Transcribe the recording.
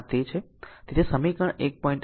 તેથી આ સમીકરણ 1